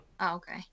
okay